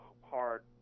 hard